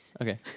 Okay